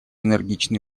энергичные